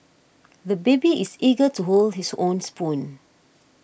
the baby is eager to hold his own spoon